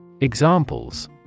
Examples